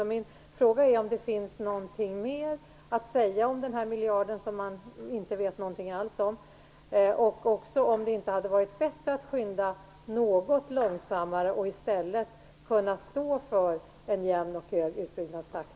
Min fråga är om det finns någonting mer att säga om den här miljarden, som man inte vet någonting alls om, och också om det inte hade varit bättre att skynda något långsammare och i stället kunna stå för en jämn och hög utbyggnadstakt.